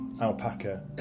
Alpaca